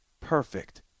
perfect